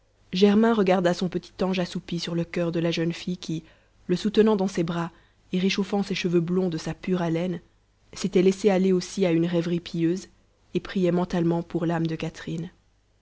germain regarda son petit ange assoupi sur le cur de la jeune fille qui le soutenant dans ses bras et réchauffant ses cheveux blonds de sa pure haleine s'était laissée aller aussi à une rêverie pieuse et priait mentalement pour l'âme de catherine